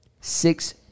Six